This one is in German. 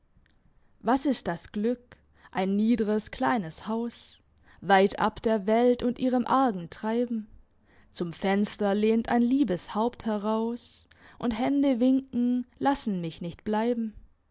was ist das glück ein niedres kleines haus weit ab der welt und ihrem argen treiben zum fenster lehnt ein liebes haupt heraus und hände winken lassen mich nicht bleiben